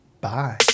bye